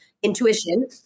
intuition